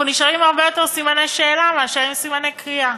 אנחנו נשארים עם הרבה יותר סימני שאלה מאשר סימני קריאה.